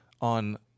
on